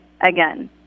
again